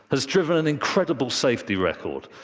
has driven an incredible safety record.